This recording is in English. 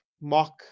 mock